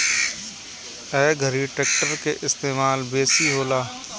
ए घरी ट्रेक्टर के इस्तेमाल बेसी होला